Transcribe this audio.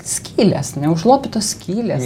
skylės neužlopytos skylės